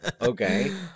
Okay